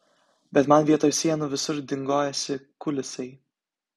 bet man vietoj sienų visur dingojasi kulisai